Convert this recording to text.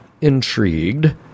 intrigued